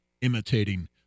imitating